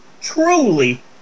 truly